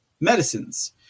medicines